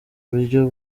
buryo